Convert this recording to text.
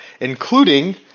including